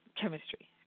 chemistry